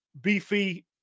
beefy